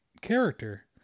character